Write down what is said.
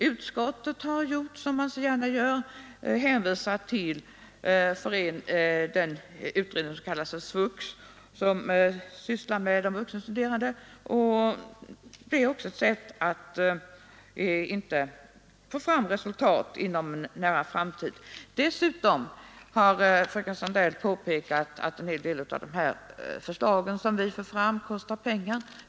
Utskottet har, som man så gärna gör, hänvisat till den utredning som kallas för SVUX och som sysslar med de vuxenstuderande. Det är ju ett sätt att inte få fram resultat inom en nära framtid. Fröken Sandell har också påpekat att en del av dessa förslag som vi för fram kostar pengar.